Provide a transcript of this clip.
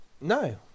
No